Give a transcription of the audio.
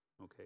Okay